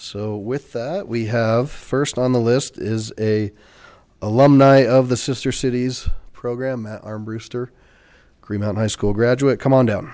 so with that we have first on the list is a alumni of the sister cities program armbruster high school graduate come on down